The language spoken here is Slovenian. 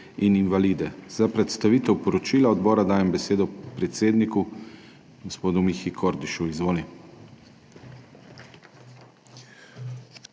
in invalide. Za predstavitev poročila odbora dajem besedo predsedniku gospodu Mihi Kordišu. Izvoli.